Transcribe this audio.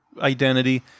identity